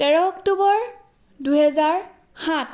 তেৰ অক্টোবৰ দুহেজাৰ সাত